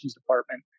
Department